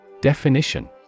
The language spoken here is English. Definition